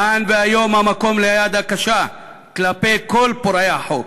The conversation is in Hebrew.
כאן והיום המקום ליד הקשה כלפי כל פורע חוק.